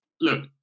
look